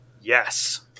Yes